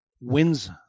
wins